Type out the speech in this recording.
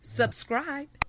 subscribe